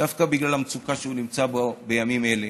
דווקא בגלל המצוקה שהוא נמצא בה בימים אלה.